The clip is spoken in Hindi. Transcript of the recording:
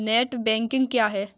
नेट बैंकिंग क्या है?